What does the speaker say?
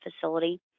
facility